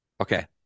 okay